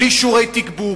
בלי שיעורי תגבור,